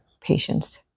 patients